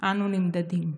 אנו נמדדים.